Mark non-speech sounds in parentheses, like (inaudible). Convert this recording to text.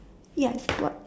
yes (noise) what